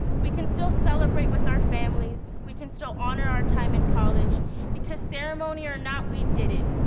we can still celebrate with our families, we can still honor our time in college because ceremony or not, we did it.